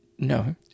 No